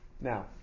Now